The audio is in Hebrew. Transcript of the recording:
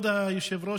כבוד היושב-ראש,